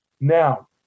Now